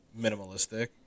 minimalistic